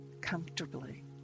comfortably